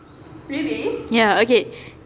ya okay